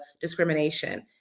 discrimination